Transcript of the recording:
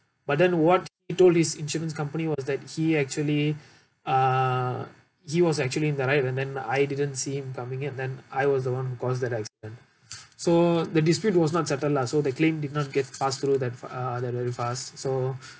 but then what he told his insurance company was that he actually uh he was actually in the right and then I didn't see him coming in then I was the one who caused the accident so the dispute was not settled lah so the claim did not get passed through that uh that very fast so